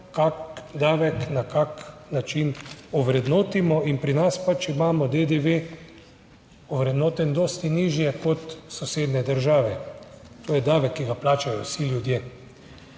kako davek, na kak način ovrednotimo. In pri nas pač imamo DDV ovrednoten dosti nižje kot sosednje države. To je davek, ki ga plačajo vsi ljudje.